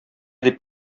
дип